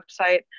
website